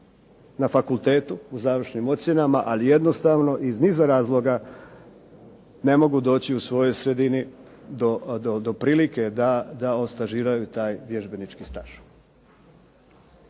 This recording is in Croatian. na fakultetu u završnim ocjenama, ali jednostavno iz niza razloga ne mogu doći u svojoj sredini do prilike da odstažiraju taj vježbenički staž.